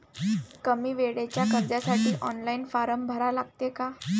कमी वेळेच्या कर्जासाठी ऑनलाईन फारम भरा लागते का?